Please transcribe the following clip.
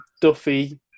Duffy